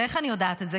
ואיך אני יודעת את זה?